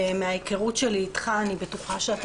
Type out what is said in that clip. ומההיכרות שלי איתך אני בטוחה שאתה